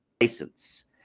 license